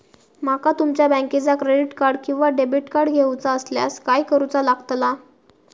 माका तुमच्या बँकेचा क्रेडिट कार्ड किंवा डेबिट कार्ड घेऊचा असल्यास काय करूचा लागताला?